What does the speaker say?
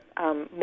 more